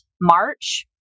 March